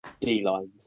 D-lines